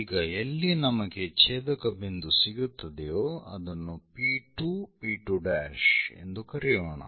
ಈಗ ಎಲ್ಲಿ ನಮಗೆ ಛೇದಕ ಬಿಂದು ಸಿಗುತ್ತದೆಯೋ ಅದನ್ನು P2 P2' ಎಂದು ಕರೆಯೋಣ